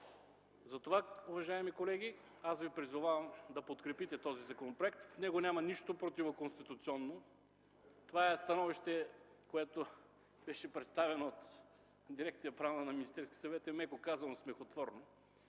Затова, уважаеми колеги, Ви призовавам да подкрепите този законопроект. В него няма нищо противоконституционно. Това становище, което беше представено от дирекция „Правна” на Министерския съвет, е, меко казано, смехотворно.